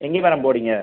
எங்கே மேடம் போகிறீங்க